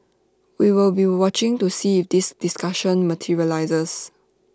we will be watching to see if this discussion materialises